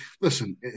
listen